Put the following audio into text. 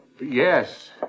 Yes